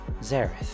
Zareth